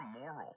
moral